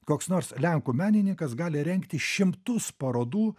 koks nors lenkų menininkas gali rengti šimtus parodų